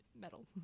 metal